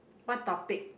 what topic